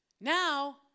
Now